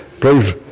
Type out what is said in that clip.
please